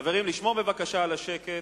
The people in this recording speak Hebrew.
חברים, לשמור בבקשה על השקט.